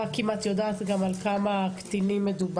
כשאתה שואל כמה קטינים,